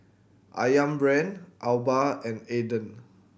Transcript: Ayam Brand Alba and Aden